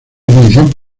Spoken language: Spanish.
ignición